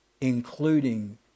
including